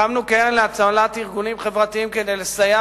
הקמנו קרן להצלת ארגונים חברתיים כדי לסייע